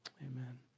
amen